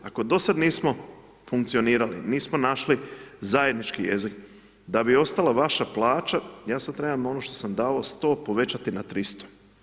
Ako do sada nismo funkcionirali, nismo našli zajednički jezik, da bi ostala vaša plaća, ja sad trebam ono što sam davao 100 povećati na 300.